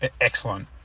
excellent